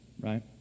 right